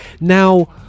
now